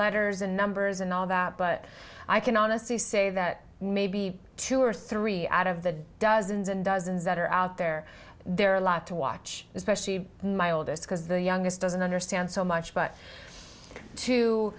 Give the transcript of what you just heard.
letters and numbers and all that but i can honestly say that maybe two or three out of the dozen than dozen that are out there there are a lot to watch especially my oldest because the youngest doesn't understand so much but to